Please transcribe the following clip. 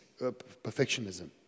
perfectionism